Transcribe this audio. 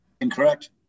Incorrect